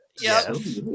Yes